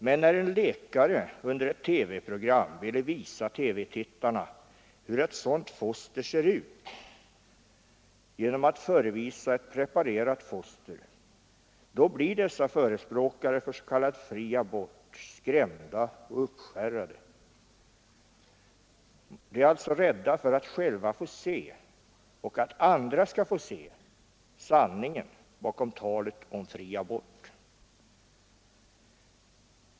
Men när en läkare under ett TV-program vill visa TV-tittarna hur ett sådant foster ser ut genom att förevisa ett preparerat foster, då blir dessa förespråkare för s.k. fri abort skrämda och uppskärrade. De är alltså rädda för att själva få se och för att andra skall få se sanningen bakom talet om fri abort.